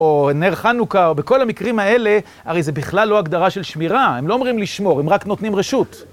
או נר חנוכה, או בכל המקרים האלה, הרי זה בכלל לא הגדרה של שמירה, הם לא אומרים לשמור, הם רק נותנים רשות.